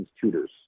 tutors